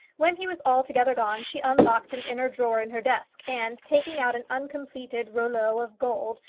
when he was altogether gone she unlocked an inner drawer in her desk, and, taking out an uncompleted rouleau of gold,